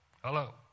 Hello